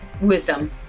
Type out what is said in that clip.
Wisdom